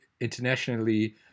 internationally